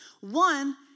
One